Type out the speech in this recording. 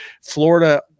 Florida